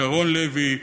שרון לוי,